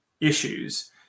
issues